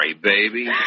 baby